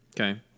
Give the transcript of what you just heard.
Okay